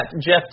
Jeff